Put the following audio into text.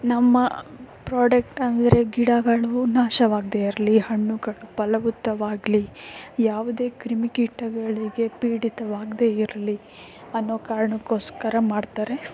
ನಮ್ಮ ಪ್ರಾಡಕ್ಟಾಗಿರೊ ಗಿಡಗಳು ನಾಶವಾಗದೇ ಇರಲಿ ಹಣ್ಣುಗಳು ಫಲವತ್ತವಾಗಲಿ ಯಾವುದೇ ಕ್ರಿಮಿಕೀಟಗಳಿಗೆ ಪೀಡಿತವಾಗದೇ ಇರಲಿ ಅನ್ನೋ ಕಾರಣಕ್ಕೋಸ್ಕರ ಮಾಡ್ತಾರೆ